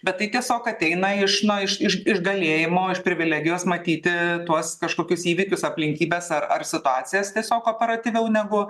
bet tai tiesiog ateina iš na iš iš iš galėjimo iš privilegijos matyti tuos kažkokius įvykius aplinkybes ar ar situacijas tiesiog operatyviau negu